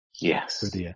Yes